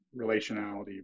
relationality